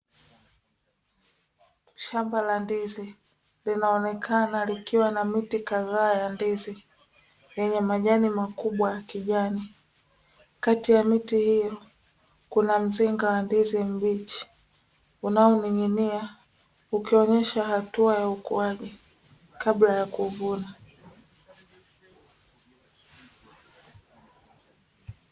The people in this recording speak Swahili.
Shamba la ndizi linaonekana likiwa na miti kadhaa ya ndizi yenye majani makubwa ya kijani kati ya miti hiyo kuna mzinga wa ndizi mbichi unaoning'inia ukionyesha hatua ya ukuaji kabla ya kuvuna.